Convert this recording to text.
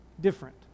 different